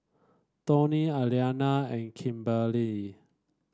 Toney Elianna and Kimberli